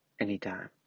anytime